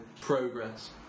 progress